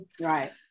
right